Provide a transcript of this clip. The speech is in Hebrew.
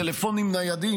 טלפונים ניידים,